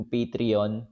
Patreon